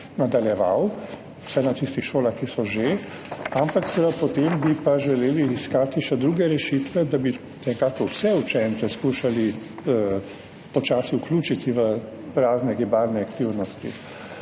nadaljeval vsaj na tistih šolah, ki so že, ampak seveda bi pa potem želeli iskati še druge rešitve, da bi vse učence skušali počasi vključiti v razne gibalne aktivnosti.